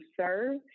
serve